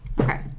Okay